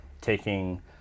taking